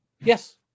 Yes